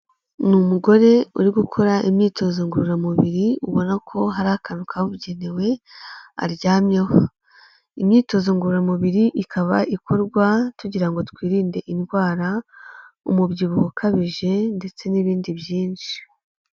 Ni umugore uri gukora imyitozo ngororamubiri, ubona ko hari akantu kabugenewe aryamyeho. Imyitozo ngororamubiri ikaba ikorwa tugira ngo twirinde indwara, umubyibuho ukabije ndetse n'ibindi byinshi.